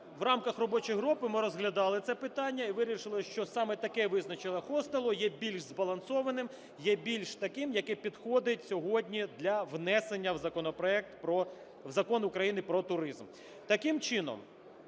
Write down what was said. в рамках робочої групи ми розглядали це питання і вирішили, що саме таке визначення хостелу є більш збалансованим, є більш таким, яке підходить сьогодні для внесення в законопроект про… в Закон України "Про туризм". Таким чином,